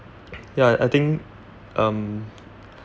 ya I think um